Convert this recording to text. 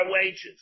wages